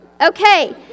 Okay